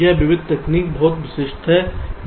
यह विविध तकनीक बहुत विशिष्ट है